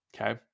okay